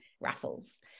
raffles